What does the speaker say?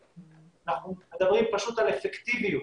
אנחנו מדברים פשוט על אפקטיביות,